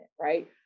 right